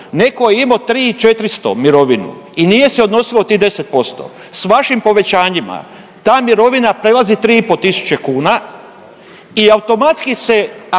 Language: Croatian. Netko je imao 3 i 400 mirovinu i nije se odnosilo tih 10%. Sa vašim povećanjima ta mirovina prelazi 3 i pol tisuće kuna i automatski se aktivira